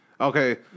Okay